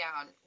down